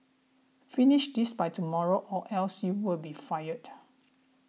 finish this by tomorrow or else you'll be fired